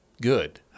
good